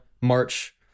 March